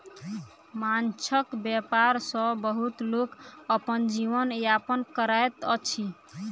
माँछक व्यापार सॅ बहुत लोक अपन जीवन यापन करैत अछि